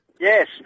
Yes